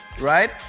right